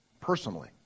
personally